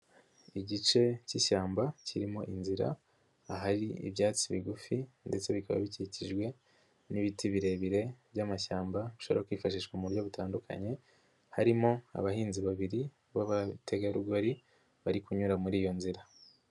Igice k'ishyamba kirimo inzira ahari ibyatsi bigufi ndetse bikaba bikikijwe n'ibiti birebire by'amashyamba ashobora kwifashishwa mu buryo butandukanye, harimo abahinzi babiri b'abategarugori bari kunyura muri iyo nzira.